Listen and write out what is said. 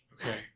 Okay